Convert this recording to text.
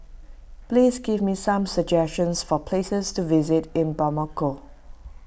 please give me some suggestions for places to visit in Bamako